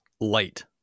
light